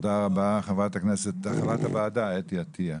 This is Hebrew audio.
תודה רבה, חברת הכנסת וחברת הוועדה אתי עטייה.